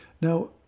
Now